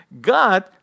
God